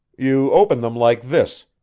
you open them like this,